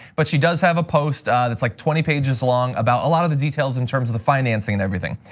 but she does have a post that's like twenty pages long about a lot of the details in terms of the financing financing and everything.